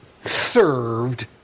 served